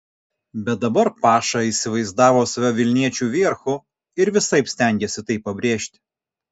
bet dabar paša įsivaizdavo save vilniečių vierchu ir visaip stengėsi tai pabrėžti